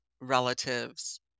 relatives